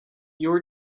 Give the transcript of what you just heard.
your